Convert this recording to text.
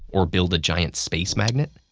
or build a giant space magnet?